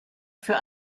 für